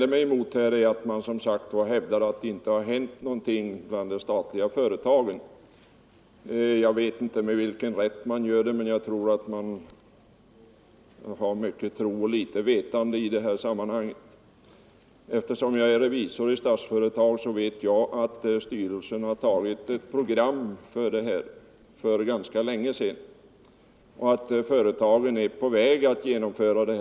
Men vad jag vänder mig emot är att man hävdar att det inte har hänt någonting på detta område i de statliga företagen. Jag vet inte med vilken rätt 93 man säger det, men jag tror att man har mycket tro och litet vetande i detta sammanhang. Eftersom jag är revisor i Statsföretag AB vet jag att styrelsen för ganska länge sedan antagit ett program för företagsdemokrati och att företagen är på väg att genomföra det.